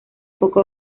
poco